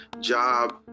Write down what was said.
job